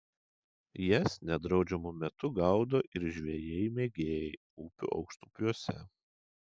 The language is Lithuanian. jas nedraudžiamu metu gaudo ir žvejai mėgėjai upių aukštupiuose